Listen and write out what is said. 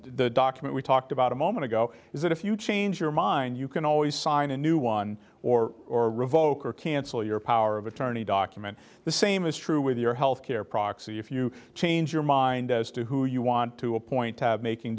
few document we talked about a moment ago is that if you change your mind you can always sign a new one or or revoke or cancel your power of attorney document the same is true with your health care proxy if you change your mind as to who you want to appoint to making